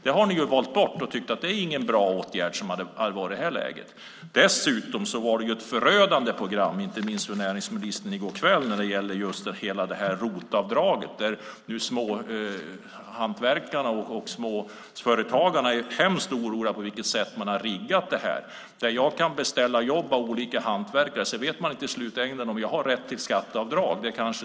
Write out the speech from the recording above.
Det har ni valt bort och inte tyckt att det var någon bra åtgärd i detta läge. Dessutom var det ett förödande program, inte minst för näringsministern, i går kväll när det gäller ROT-avdraget. De små hantverkarna och småföretagarna är mycket oroliga när det gäller hur man har riggat detta. Jag kan beställa jobb av olika hantverkare, men i slutändan vet inte den enskilda företagaren om jag har rätt till skatteavdrag.